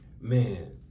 Man